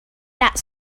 that